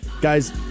Guys